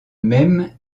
même